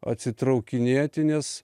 atsitraukinėti nes